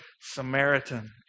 Samaritan